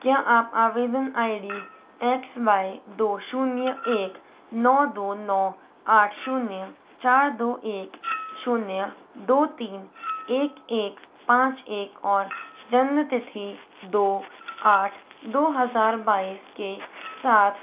क्या आप आवेदन आई डी एक्स वाई दो शून्य एक नौ दो नौ आठ शून्य चार दो एक शून्य दो तीन एक एक पाँच एक और जन्म तिथि दो आठ दो हज़ार बाईस के साथ